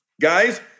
Guys